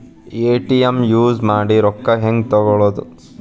ATM use ಮಾಡಿ ರೊಕ್ಕ ಹೆಂಗೆ ತಕ್ಕೊಳೋದು?